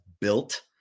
built